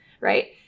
right